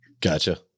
Gotcha